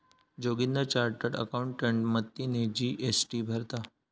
Joginder chartered accountant मदतीने GST भरता